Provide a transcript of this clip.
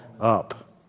up